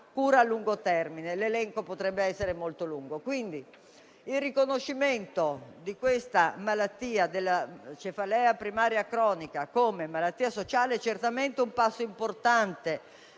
Il riconoscimento della cefalea primaria cronica come malattia sociale è certamente un passo importante